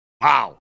Wow